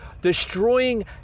destroying